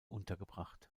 untergebracht